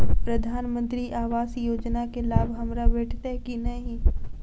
प्रधानमंत्री आवास योजना केँ लाभ हमरा भेटतय की नहि?